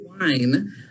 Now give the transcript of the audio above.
Wine